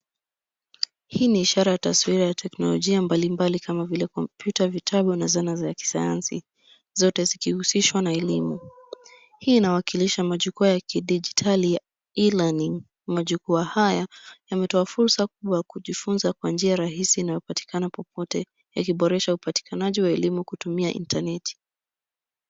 Hii ni ishara taswira ya teknolojia mbalimbali kama vile kompyuta, vitabu na zana za kisayansi zote zikihusishwa na elimu. Hii inawakilisha majukwa ya kidijitali e learning . Majukwaa haya yametoa fursa kubwa kujifunza kwa njia rahisi inayopatikana popote yakiboresha upatikanaji wa elimu kutumia internet .